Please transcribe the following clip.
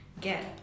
get